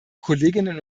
kolleginnen